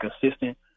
consistent